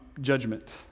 judgment